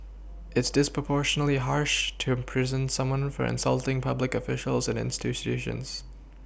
it's disproportionately harsh to imprison someone for insulting public officials and institutions